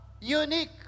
unique